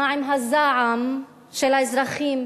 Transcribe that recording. מה עם הזעם של האזרחים?